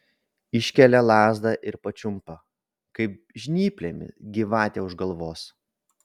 iškelia lazdą ir pačiumpa kaip žnyplėmis gyvatę už galvos